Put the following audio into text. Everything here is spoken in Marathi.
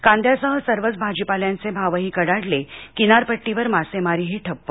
कांद्यासह सर्वच भाजीपाल्याचे भावही कडाडले किनारपट्टीवर मासेमारीही ठप्प